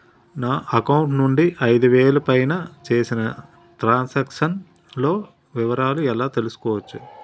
నా అకౌంట్ నుండి ఐదు వేలు పైన చేసిన త్రం సాంక్షన్ లో వివరాలు ఎలా తెలుసుకోవాలి?